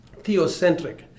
Theocentric